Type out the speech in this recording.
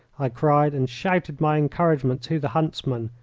i cried, and shouted my encouragement to the huntsman.